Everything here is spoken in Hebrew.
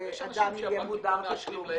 שאדם יהיה מודר תשלום.